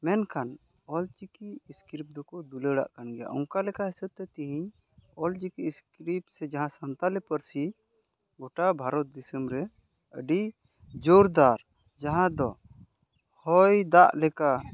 ᱢᱮᱱᱠᱷᱟᱱ ᱚᱞᱪᱤᱠᱤ ᱤᱥᱠᱨᱤᱯ ᱫᱚᱠᱚ ᱫᱩᱞᱟᱹᱲᱟᱜ ᱠᱟᱱ ᱜᱮᱭᱟ ᱚᱱᱠᱟ ᱞᱮᱠᱟ ᱦᱤᱥᱟᱹᱵ ᱛᱮ ᱛᱤᱦᱤᱧ ᱚᱞᱪᱤᱠᱤ ᱤᱥᱠᱨᱤᱯ ᱥᱮ ᱡᱟᱦᱟᱸ ᱥᱟᱱᱛᱟᱲᱤ ᱯᱟᱹᱨᱥᱤ ᱜᱚᱴᱟ ᱵᱷᱟᱨᱚᱛ ᱫᱤᱥᱚᱢ ᱨᱮ ᱟᱹᱰᱤ ᱡᱳᱨᱫᱟᱨ ᱡᱟᱦᱟᱸ ᱫᱚ ᱦᱚᱭ ᱫᱟᱜ ᱞᱮᱠᱟ